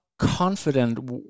confident